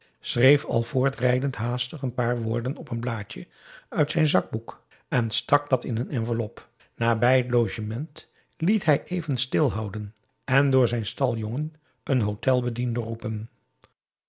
al voortrijdend haastig een paar woorden op een blaadje uit zijn zakboek en stak dat in een enveloppe nabij het logement liet hij even stilhouden en door zijn staljongen een hotelbediende roepen